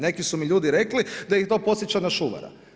Neki su mi ljudi rekli da ih to podsjeća na Šuvara.